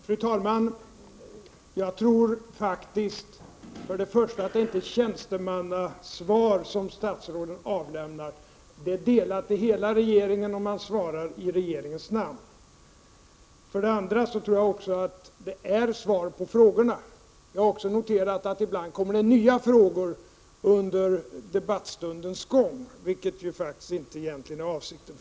Fru talman! För det första tror jag faktiskt att det inte är tjänstemannasvar som statsråden avlämnar. Svaren är delade till hela regeringen, och statsråden svarar i regeringens namn. För det andra tror jag att statsråden lämnar svar på frågorna. Men jag har också noterat att det ibland ställs nya frågor under debattstundens gång, vilket egentligen inte är avsikten.